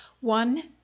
one